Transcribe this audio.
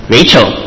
Rachel